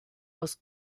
aus